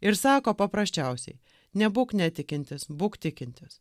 ir sako paprasčiausiai nebūk netikintis būk tikintis